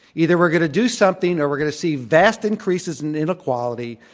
either we're going to do something or we're going to see vast increases in inequality,